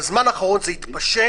בזמן האחרון זה התפשט,